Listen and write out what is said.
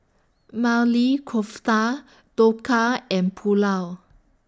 Maili Kofta Dhokla and Pulao